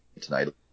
tonight